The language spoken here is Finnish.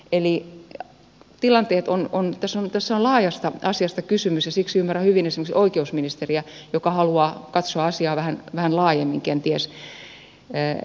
eli tässä on laajasta asiasta kysymys ja siksi ymmärrän hyvin esimerkiksi oikeusministeriä joka haluaa katsoa asiaa vähän laajemmin kenties